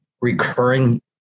recurring